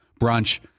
brunch